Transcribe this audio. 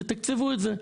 תתקצבו את זה.